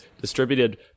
distributed